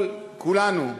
כולנו,